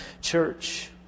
church